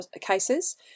cases